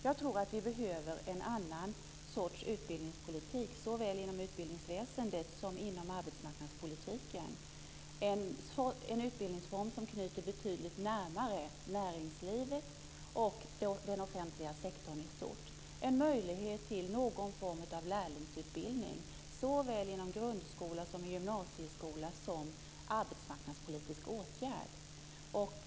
Jag tror att vi behöver en annan sorts utbildningspolitik, såväl inom utbildningsväsendet som inom arbetsmarknadspolitiken. Det ska vara en utbildningsform som knyter näringslivet och den offentliga sektorn i stort närmare varandra. Det ska finnas en möjlighet till någon form av lärlingsutbildning såväl inom grundskola, gymnasieskola som arbetsmarknadspolitisk åtgärd.